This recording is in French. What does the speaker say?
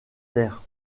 terres